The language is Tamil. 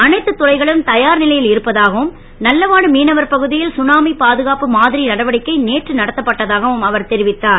அனைத்து துறைகளும் தயார் லை ல் இருப்பதாகவும் நல்லவாடு மீனவர் பகு ல் சுனாமி பாதுகாப்பு மா ரி நடவடிக்கை நேற்று நடத்தப்பட்டதாகவும் அவர் தெரிவித்தார்